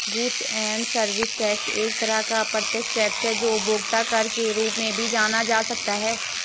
goods and service tax एक तरह का अप्रत्यक्ष टैक्स है जो उपभोक्ता कर के रूप में भी जाना जा सकता है